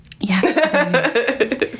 Yes